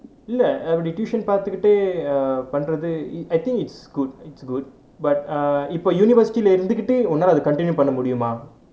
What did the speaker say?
இல்லை அப்படி:illai appadi tuition பார்த்துக்குட்டேன்:paarthukuttaen err பண்றது:pandrathu I think it's good it's good but err இப்போ:ippo university leh இருந்துகிட்டயே உன்னாளே அதை:irunthukittae unnalae athai continue பண்ண முடியுமா:panna mudiyumaa